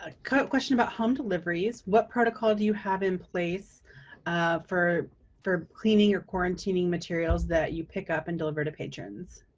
ah question about home deliveries. what protocol do you have in place for for cleaning or quarantining materials that you pick up and deliver to patrons?